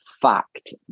fact